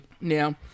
Now